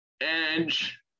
Edge